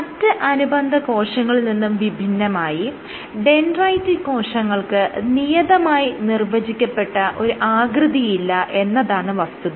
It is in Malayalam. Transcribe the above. മറ്റ് അനുബന്ധ കോശങ്ങളിൽ നിന്നും വിഭിന്നമായി ഡെൻഡ്രൈറ്റിക് കോശങ്ങൾക്ക് നിയതമായി നിർവചിക്കപ്പെട്ട ഒരു ആകൃതിയില്ല എന്നതാണ് വസ്തുത